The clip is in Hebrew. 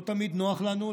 לא תמיד נוח לנו,